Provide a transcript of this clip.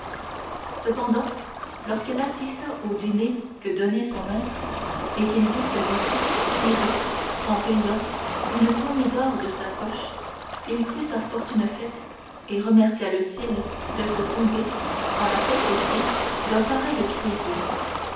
cependant lorsqu'il assista au dîner que donnait son maître et qu'il vit celui-ci tirer en payant une poignée d'or de sa poche il crut sa fortune faite et remercia le ciel d'être tombé en la possession d'un pareil crésus